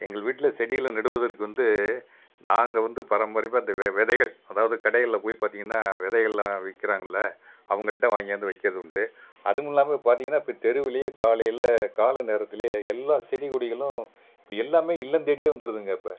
எங்கள் வீட்டில் செடியில் நடுவதற்கு வந்து நாங்கள் வந்து பாரம்பரியமாக இந்த விதைகள் அதாவது கடைகளில் போய் பாத்தீங்கன்னா விதைகள்லாம் விற்கிறாங்கள்ல அவங்கள்ட்ட வாங்கிவந்து வைக்கிறதுண்டு அதுவுமில்லாம பார்த்தீங்கன்னா இப்போ தெருவிலேயே காலையில் காலை நேரத்துலேயே எல்லா செடி கொடிகளும் இப்போ எல்லாம் இல்லம் தேடியே வந்துடுதுங்க இப்போ